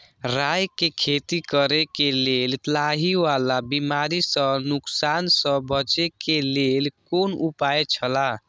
राय के खेती करे के लेल लाहि वाला बिमारी स नुकसान स बचे के लेल कोन उपाय छला?